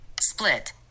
split